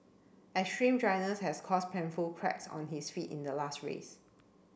extreme dryness has caused painful cracks on his feet in the last race